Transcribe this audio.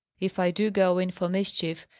if i do go in for mischief,